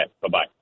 Bye-bye